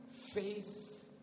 faith